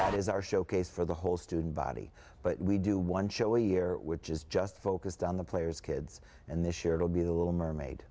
that is our showcase for the whole student body but we do one show a year which is just focused on the players kids and this year it'll be the little mermaid